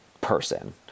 person